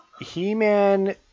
He-Man